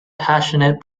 passionate